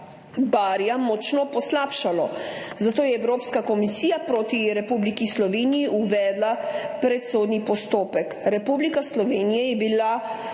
barja močno poslabšalo, zato je Evropska komisija proti Republiki Sloveniji uvedla predsodni postopek. Republika Slovenija je bila